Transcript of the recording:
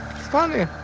funny,